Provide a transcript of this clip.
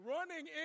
Running